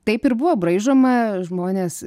taip ir buvo braižoma žmonės